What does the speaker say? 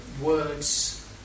words